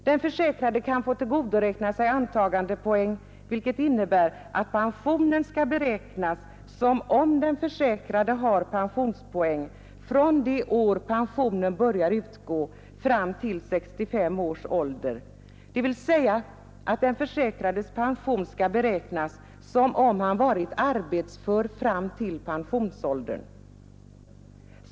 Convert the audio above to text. Den försäkrade kan få tillgodoräkna sig antagandepoäng, vilket innebär att pensionen skall beräknas som om den försäkrade har pensionspoäng från det år pension börjar utgå fram till 65 års ålder, dvs. att den försäkrades pension skall beräknas som om han varit arbetsför fram till pensionsåldern.